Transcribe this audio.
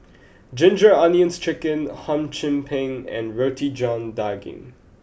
Ginger Onions Chicken hum chim peng and roti john daging